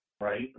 right